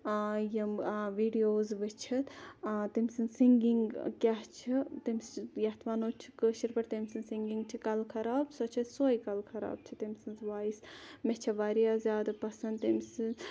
یِم ویٖڈیوز وٕچھِتھ تٔمۍ سٕنٛز سِنٛگِنٛگ کیاہ چھِ تٔمِس چھِ یَتھ وَنو کٲشِرۍ پٲٹھۍ تٔمۍ سٕنٛز سِنٛگِنٛگ چھِ کَلخَراب سۄ چھ سۄے کَلخَراب چھِ تٔمۍ سٕنٛز ووٚیِس مےٚ چھِ واریاہ زیادٕ پَسَنٛد تٔمۍ سٕنٛز